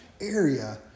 area